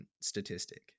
statistic